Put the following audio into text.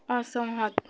असहमत